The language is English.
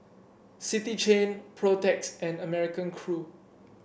City Chain Protex and American Crew